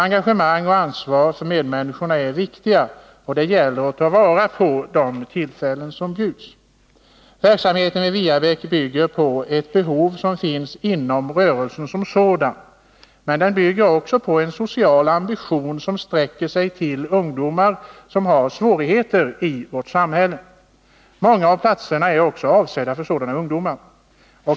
Engagemang och ansvar för medmänniskorna är viktigt, och det gäller att ta vara på de tillfällen som bjuds. Verksamheten vid Viebäck bygger på ett behov som finns inom rörelsen som sådan, men den bygger också på en social ambition som sträcker sig till ungdomar som har svårigheter i vårt samhälle. Många av platserna är också avsedda för sådana ungdomar.